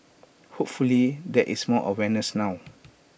hopefully there is more awareness now